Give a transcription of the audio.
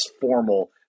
formal